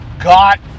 got